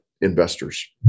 investors